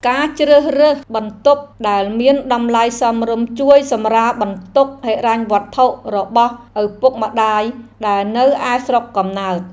ការជ្រើសរើសបន្ទប់ដែលមានតម្លៃសមរម្យជួយសម្រាលបន្ទុកហិរញ្ញវត្ថុរបស់ឪពុកម្តាយដែលនៅឯស្រុកកំណើត។